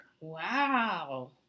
Wow